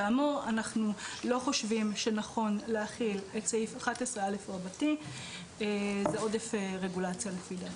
אנחנו לא חושבים שנכון להחיל את סעיף 11א. לפי דעתנו זה עודף רגולציה.